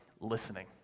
listening